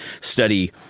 study